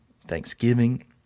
thanksgiving